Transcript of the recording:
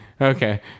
Okay